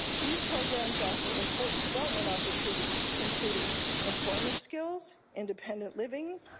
these programs offer important development opportunities including employment skills, independent living,